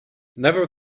never